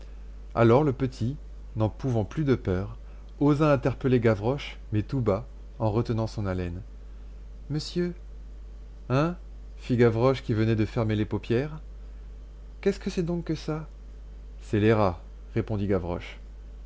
alors le petit n'en pouvant plus de peur osa interpeller gavroche mais tout bas en retenant son haleine monsieur hein fit gavroche qui venait de fermer les paupières qu'est-ce que c'est donc que ça c'est les rats répondit gavroche